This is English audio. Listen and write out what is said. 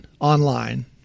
online